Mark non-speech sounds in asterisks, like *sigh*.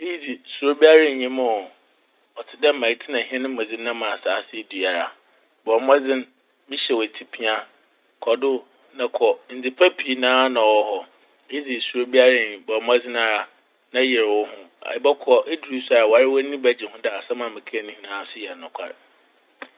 *noise* Iyi dze suro biara nnyi mu oo! Ɔtse dɛ ma etsena hɛn mu dze nam asaase do yi ara. Bɔ mbɔdzen, mehyɛ wo etsipia, kɔ do na kɔ. Ndze pa pii naa na ɔwɔ hɔ. Iyi dze suro biara innyim. Bɔ mbɔdzen noara na yer wo ho. Ɛbɔkɔ, idur so a wara w'enyi bɛgye ho dɛ asɛm a mekaa ne nyinaa yɛ nokwar.